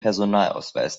personalausweis